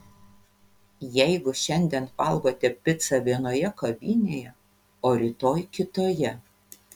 jeigu šiandien valgote picą vienoje kavinėje o rytoj kitoje